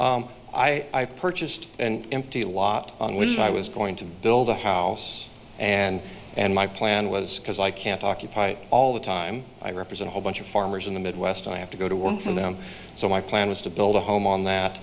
homes i purchased an empty lot on which i was going to build a house and and my plan was because i can't occupy all the time i represent a whole bunch of farmers in the midwest i have to go to work for them so my plan was to build a home on that